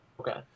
Okay